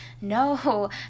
no